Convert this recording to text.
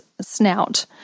snout